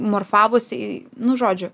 morfavosi į nu žodžiu